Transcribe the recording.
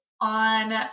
on